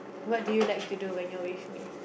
what do you like to do when you're with me